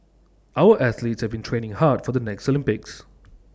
our athletes have been training hard for the next Olympics